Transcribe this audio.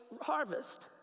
harvest